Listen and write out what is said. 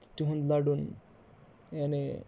تہٕ تِہُنٛد لَڑُن یعنی